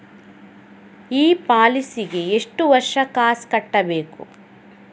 ಈ ಪಾಲಿಸಿಗೆ ಎಷ್ಟು ವರ್ಷ ಕಾಸ್ ಕಟ್ಟಬೇಕು?